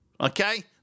Okay